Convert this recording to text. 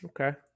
Okay